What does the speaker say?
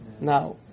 Now